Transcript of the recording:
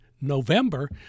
November